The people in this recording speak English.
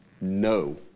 no